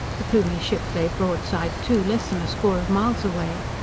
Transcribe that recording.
the plumie ship lay broadside to, less than a score of miles away.